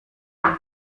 aho